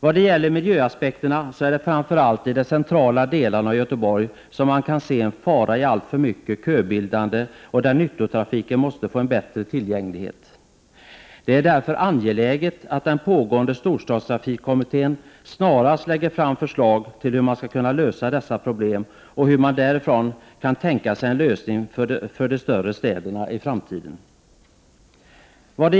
När det gäller miljöaspekterna är det framför allt i de centrala delarna av Göteborg som man kan se en fara i alltför mycket köbildning. Nyttotrafiken måste där få en bättre tillgänglighet. Det är därför angeläget att den pågående storstadstrafikkommittén snarast lägger fram förslag om hur man skall kunna lösa dessa problem och om hur kommittén har tänkt sig en framtida lösning för de större städerna.